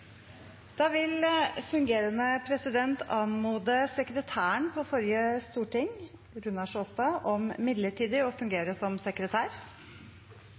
vil anmode sekretæren for det forrige storting, Runar Sjåstad , om midlertidig å fungere som sekretær.